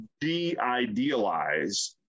de-idealize